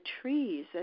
trees